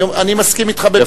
אני מסכים אתך במאה אחוז.